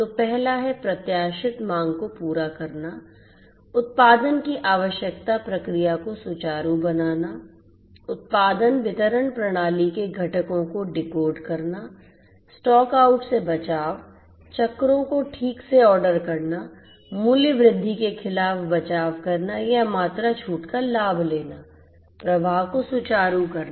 तो पहला है प्रत्याशित मांग को पूरा करना उत्पादन की आवश्यकता प्रक्रिया को सुचारू बनाना उत्पादन वितरण प्रणाली के घटकों को डिकोड करना स्टॉक आउट से बचाव चक्रों को ठीक से ऑर्डर करना मूल्य वृद्धि के खिलाफ बचाव करना या मात्रा छूट का लाभ लेना प्रवाह को सुचारू करना